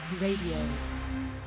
Radio